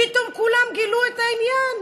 פתאום כולם גילו את העניין.